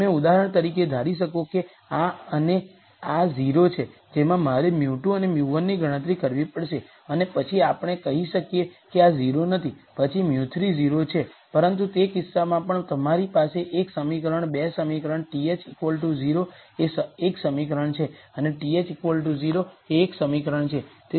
તમે ઉદાહરણ તરીકે ધારી શકો કે આ અને આ 0 છે જેમાં મારે μ2 અને μ1 ની ગણતરી કરવી પડશે અને પછી આપણે કહી શકીએ કે આ 0 નથી પછી μ3 0 છે પરંતુ તે કિસ્સામાં પણ તમારી પાસે 1 સમીકરણ 2 સમીકરણ th 0 એ 1 સમીકરણ છે અને th 0 એ 1 સમીકરણ છે